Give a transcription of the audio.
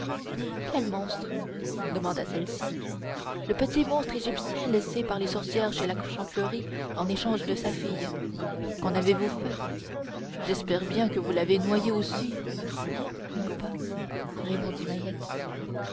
quel monstre demanda celle-ci le petit monstre égyptien laissé par les sorcières chez la chantefleurie en échange de sa fille qu'en avez-vous fait j'espère bien que vous l'avez noyé aussi non pas répondit mahiette